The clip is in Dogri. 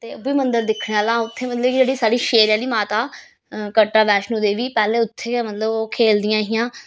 ते ओह् बी मंदर दिक्खने आह्ला उत्थें मतलब कि जेह्ड़ी साढ़ी शेरें आह्ली माता कटरा वैष्णो देवी पैह्ले उत्थैं गै मतलब ओह् खेढ दियां हा